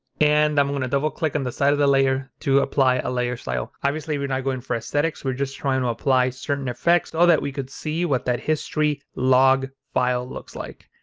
and i'm going to double click on the side of the layer to apply a layer style. obviously, we're not going for aesthetics, we're just trying to apply certain effects so that we could see what that history log file looks like.